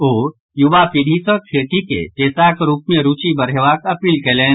ओ युवा पीढ़ी सॅ खेती के पेशाक रूप मे रूचि बढ़ेबाक अपील कयलनि